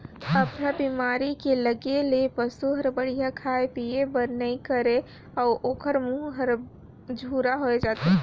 अफरा बेमारी के लगे ले पसू हर बड़िहा खाए पिए बर नइ करे अउ ओखर मूंह हर झूरा होय जाथे